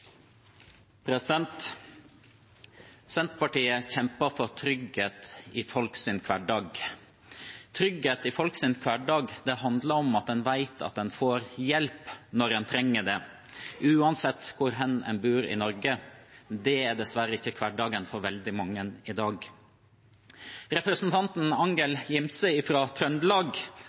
Senterpartiet kjemper for trygghet i folks hverdag. Trygghet i folks hverdag handler om at en vet at en får hjelp når en trenger det, uansett hvor hen en bor i Norge. Det er dessverre ikke hverdagen for veldig mange i dag. Representanten Angell Gimse fra Trøndelag